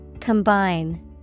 Combine